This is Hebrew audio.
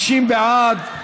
60 בעד.